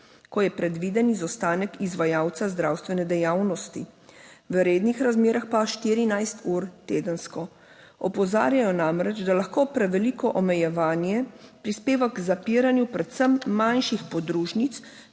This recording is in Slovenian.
ko je predviden izostanek izvajalca zdravstvene dejavnosti, v rednih razmerah pa 14 ur tedensko. Opozarjajo namreč, da lahko preveliko omejevanje prispeva k zapiranju predvsem manjših podružnic,